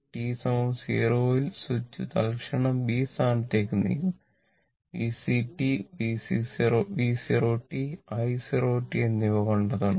t 0 ൽ switch തൽക്ഷണം B സ്ഥാനത്തേക്ക് നീങ്ങുന്നു VC V 0 i0 എന്നിവ കണ്ടെത്തണം